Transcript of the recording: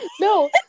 No